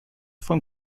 von